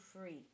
free